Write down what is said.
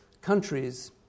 countries